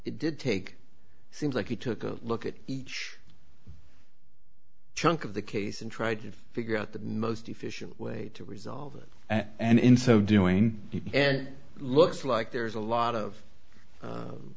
it did take seems like he took a look at each chunk of the case and tried to figure out the most efficient way to resolve it and in so doing and looks like there's a lot of